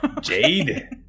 Jade